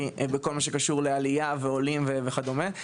בכל מה שקשור לעלייה ועולים וכדומה.